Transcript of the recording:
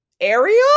Ariel